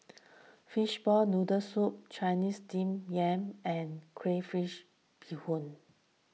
Fishball Noodle Soup Chinese Steamed Yam and Crayfish BeeHoon